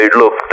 look